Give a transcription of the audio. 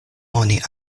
oni